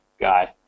guy